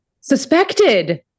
suspected